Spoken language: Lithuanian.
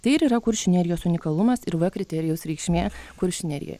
tai ir yra kuršių nerijos unikalumas ir v kriterijaus reikšmė kuršių nerijoje